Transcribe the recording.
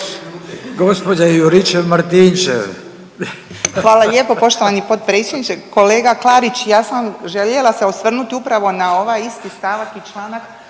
Hvala lijepo poštovani potpredsjedniče. Kolega Klarić ja sam željela se osvrnut upravo na ovaj isti stavak i članak